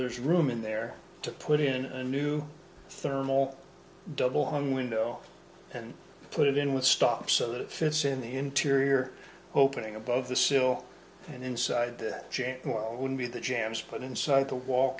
there's room in there to put in a new thermal double on window and put it in with stops so that it fits in the interior opening above the sill and inside the well would be the jams but inside the wal